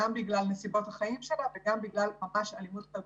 בגלל נסיבות החיים שלה וגם בגלל אלימות כלכלית.